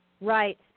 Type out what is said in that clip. Right